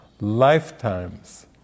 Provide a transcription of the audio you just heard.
lifetimes